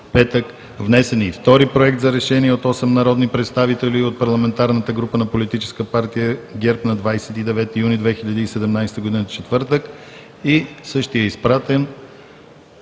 петък. Внесен е и втори Проект за решение от осем народни представители от парламентарната група на Политическа партия ГЕРБ на 29 юни 2017 г., четвъртък и същият е изпратен